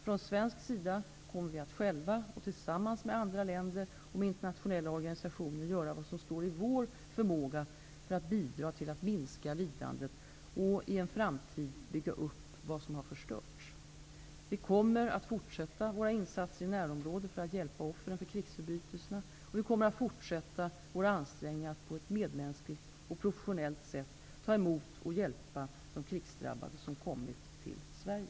Från svensk sida kommer vi att själva och tillsammans med andra länder och med internationella organisationer göra vad som står i vår förmåga för att bidra till att minska lidandet och, i en framtid, bygga upp vad som har förstörts. Vi kommer att fortsätta våra insatser i närområdet för att hjälpa offren för krigsförbrytelserna. Och vi kommer att fortsätta våra ansträngningar att på ett medmänskligt och professionellt sätt ta emot och hjälpa de krigsdrabbade, som kommit till Sverige.